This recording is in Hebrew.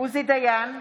עוזי דיין,